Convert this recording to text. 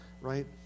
Right